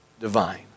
divine